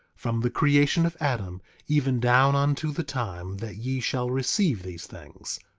from the creation of adam even down unto the time that ye shall receive these things,